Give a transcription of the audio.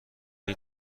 این